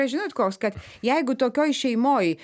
žinot koks kad jeigu tokioj šeimoj